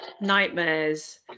nightmares